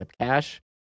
cash